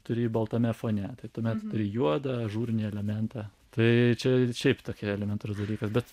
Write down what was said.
turi baltame fone tuomet turi juodą ažzrinį elementą tai čia šiaip tokie elementarus dalykas bet